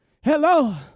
Hello